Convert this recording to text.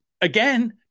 Again